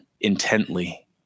intently